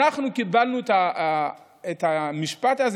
אנחנו קיבלנו את המשפט הזה,